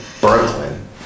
Brooklyn